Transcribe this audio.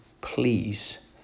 please